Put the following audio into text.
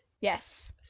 Yes